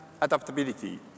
adaptability